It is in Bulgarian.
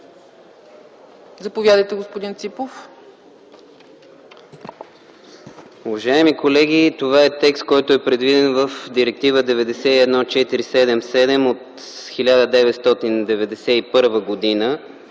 Заповядайте, господин Коцев.